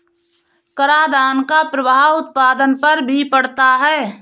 करादान का प्रभाव उत्पादन पर भी पड़ता है